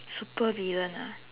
supervillain ah